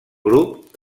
grup